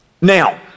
Now